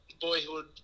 boyhood